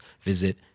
visit